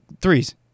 threes